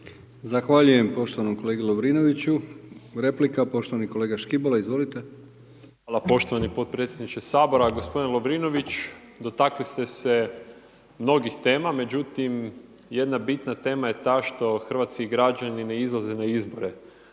Zahvaljujem poštovanom kolegi Lovrinoviću. Replika poštovani kolega Škibola. Izvolite. **Škibola, Marin (Nezavisni)** Poštovani potpredsjedniče Sabora. Gospodine Lovrinović, dotakli ste se mnogih tema. Međutim jedna bitna tema je ta što hrvatski građani ne izlaze na izbore